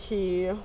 he